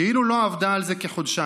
כאילו לא עבדה על זה כחודשיים,